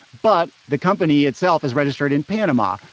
but the company itself is registered in panama,